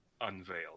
unveiled